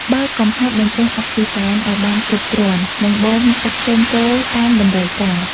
បើកកង្ហាបញ្ចេញអុកស៊ីហ្សែនឲ្យបានគ្រប់គ្រាន់ និងបូមទឹកចេញចូលតាមតម្រូវការ។